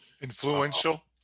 influential